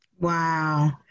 Wow